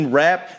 rap